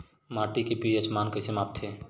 माटी के पी.एच मान कइसे मापथे?